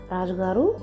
Rajgaru